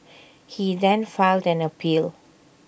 he then filed an appeal